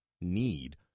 need